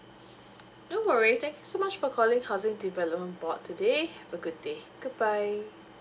no worries thank you so much for calling housing development board today have a good day good bye